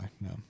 No